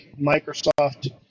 Microsoft